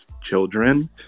children